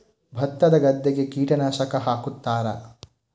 ಭತ್ತದ ಗದ್ದೆಗೆ ಕೀಟನಾಶಕ ಹಾಕುತ್ತಾರಾ?